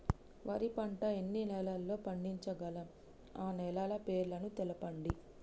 వరి పంట ఎన్ని నెలల్లో పండించగలం ఆ నెలల పేర్లను తెలుపండి?